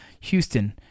Houston